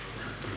Hvala